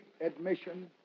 admission